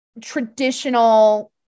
traditional